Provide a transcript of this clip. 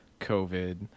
covid